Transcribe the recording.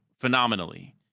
phenomenally